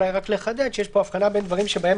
נחדד שיש פה הבחנה בין דברים שבהם